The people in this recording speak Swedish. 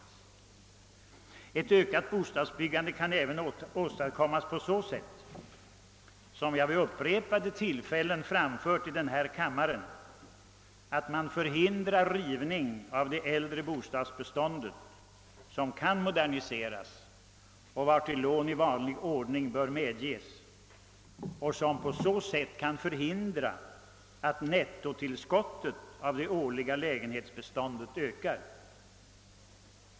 Ett ökat bostadsbyggande kan, som jag vid upprepade tillfällen framhållit i denna kammare, åstadkommas genom att man förhindrar rivning av den del av det äldre bostadsbeståndet, som kan moderniseras. Till sådan modernisering bör lån i vanlig ordning beviljas.